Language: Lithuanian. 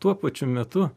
tuo pačiu metu